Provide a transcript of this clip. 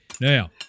Now